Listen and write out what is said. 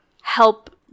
help